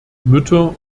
mütter